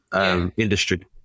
industry